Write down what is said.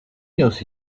knows